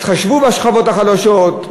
התחשבו בשכבות החלשות,